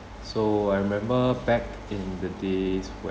so I remember back in the days